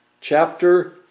chapter